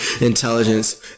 intelligence